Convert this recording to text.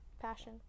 passion